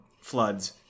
floods